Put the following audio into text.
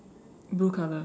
blue colour